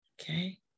Okay